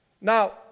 Now